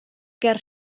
ger